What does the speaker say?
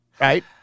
Right